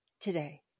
today